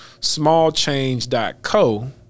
smallchange.co